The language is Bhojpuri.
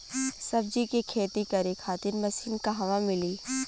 सब्जी के खेती करे खातिर मशीन कहवा मिली?